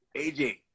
AJ